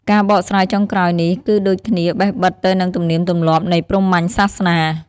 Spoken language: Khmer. ការបកស្រាយចុងក្រោយនេះ គឺដូចគ្នាបេះបិទទៅនឹងទំនៀមទម្លាប់ នៃព្រហ្មញ្ញ សាសនា។